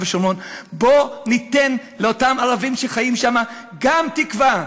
ושומרון בואו ניתן לאותם ערבים שחיים שם גם תקווה.